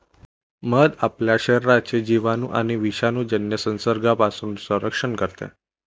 मध आपल्या शरीराचे जिवाणू आणि विषाणूजन्य संसर्गापासून संरक्षण करते